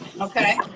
Okay